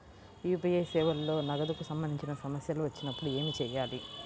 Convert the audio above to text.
UPI సేవలలో నగదుకు సంబంధించిన సమస్యలు వచ్చినప్పుడు ఏమి చేయాలి?